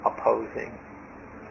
opposing